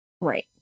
Right